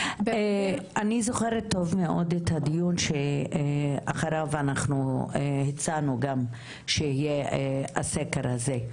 אני זוכרת טוב מאוד את הדיון שאחריו אנחנו הצענו גם שיהיה הסקר הזה,